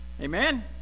Amen